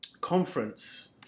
conference